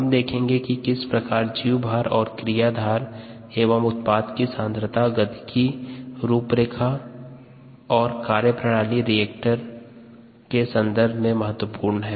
हम देखेंगे कि किस प्रकार जीवभार और क्रियाधार एवं उत्पाद की सांद्रता गतिकी रूपरेखा और कार्यप्रणाली रिएक्टर के संदर्भ में महत्वपूर्ण है